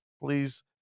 please